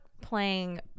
playing